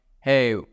hey